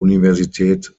universität